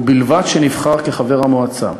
ובלבד שנבחר כחבר המועצה.